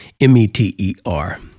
M-E-T-E-R